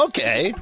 Okay